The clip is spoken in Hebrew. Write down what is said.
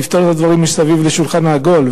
נפתור את הדברים מסביב לשולחן העגול.